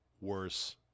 worse